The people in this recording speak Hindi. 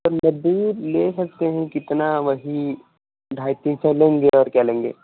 सर मजदूर ले सकते हैं कितना वही ढाई तीन सौ लेंगे और क्या लेंगे